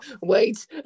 Wait